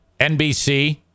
NBC